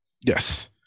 Yes